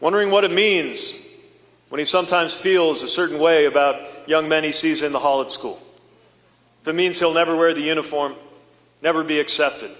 wondering what it means when he sometimes feels a certain way about young men he sees in the hall at school the means he'll never wear the uniform never be accepted